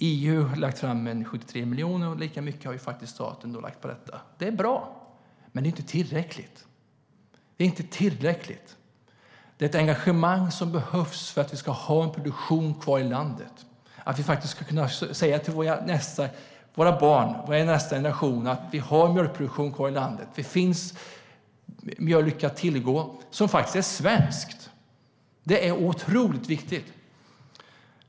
EU har lagt 73 miljoner, och lika mycket har staten lagt. Det är bra. Men det är inte tillräckligt. Det behövs ett engagemang för att vi ska ha kvar en produktion i landet, för att vi ska kunna säga till våra barn, till kommande generationer, att vi har en mjölkproduktion i landet, att det finns mjölk att tillgå som är svensk. Det är oerhört viktigt.